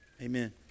amen